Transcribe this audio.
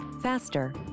faster